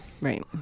Right